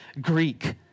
Greek